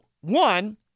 one